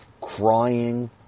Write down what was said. crying